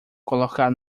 colocar